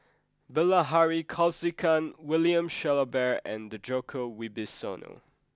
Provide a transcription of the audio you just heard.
Bilahari Kausikan William Shellabear and Djoko Wibisono